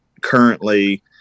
currently